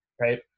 right